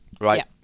Right